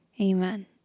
Amen